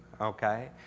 okay